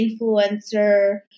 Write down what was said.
influencer